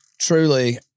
truly